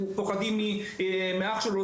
מפחדים מאח שלו,